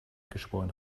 geschworen